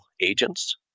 Agents